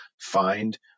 find